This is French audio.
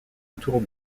autour